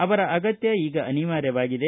ಅವರ ಅಗತ್ತ ಈಗ ಅನಿವಾರ್ಯವಾಗಿದೆ